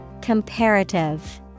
Comparative